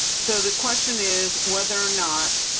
so, the question is whether or not.